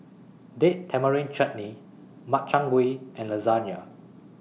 Date Tamarind Chutney Makchang Gui and Lasagne